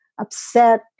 upset